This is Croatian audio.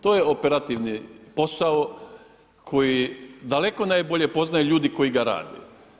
To je operativni posao koji daleko najbolje poznaju ljudi koji ga rade.